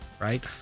right